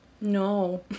no